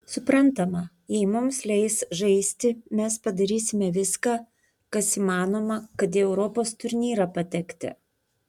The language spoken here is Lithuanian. suprantama jei mums leis žaisti mes padarysime viską kas įmanoma kad į europos turnyrą patekti